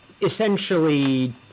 essentially